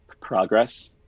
progress